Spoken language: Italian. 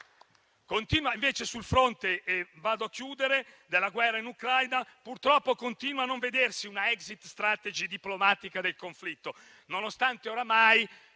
corretto. Sul fronte della guerra in Ucraina purtroppo continua a non vedersi una *exit strategy* diplomatica del conflitto, nonostante oramai